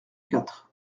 quatre